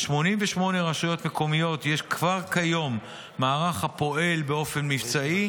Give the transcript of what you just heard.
ב-88 רשויות מקומיות יש כבר כיום מערך הפועל באופן מבצעי,